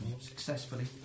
successfully